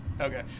Okay